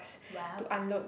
!wow!